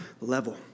level